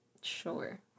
Sure